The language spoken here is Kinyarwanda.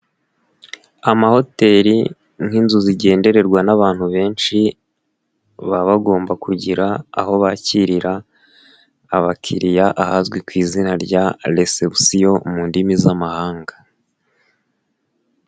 Amahoteli nk'inzu zigendererwa n'abantu benshi, baba bagomba kugira aho bakirira abakiriya ahazwi ku izina rya lesebosiyo mu ndimi z'amahanga.